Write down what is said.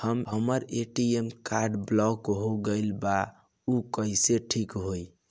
हमर ATM card block हो गईल बा ऊ कईसे ठिक होई?